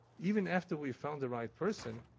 even after we found the right person,